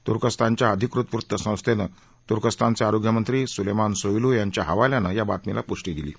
तुर्कस्तानच्या अधिकृत वृत्तसंस्थेनं तुर्कस्तानचे आरोग्यमंत्री सुलेमान सोयलू यांच्या हवाल्यानं या बातमीला पृष्टी दिली आहे